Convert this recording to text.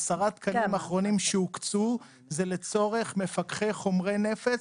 עשרה תקנים אחרונים שהוקצו זה לצורך מפקחי חומרי נפץ,